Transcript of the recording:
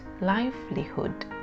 livelihood